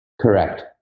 Correct